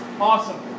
Awesome